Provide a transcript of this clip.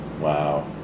Wow